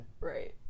right